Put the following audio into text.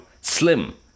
SLIM